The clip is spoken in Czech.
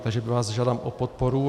Takže vás žádám o podporu.